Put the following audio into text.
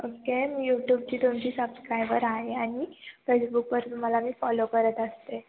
okay मी यूट्यूबची तुमची सबस्क्रायबर आहे आणि फेसबुकवर तुम्हाला मी फॉलो करत असते